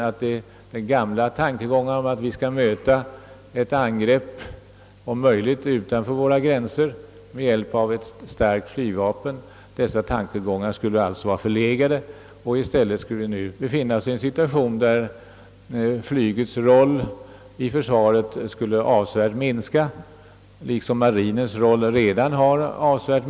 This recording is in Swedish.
Man skulle alltså ha övergett den gamla tanken att vi om möjligt skall möta ett angrepp utanför våra gränser med hjälp av ett starkt flygvapen. I stället skulle vi nu befinna oss i den situationen att flygets roll i försvaret avsevärt minskar, på samma sätt som marinens roll redan har minskat avsevärt.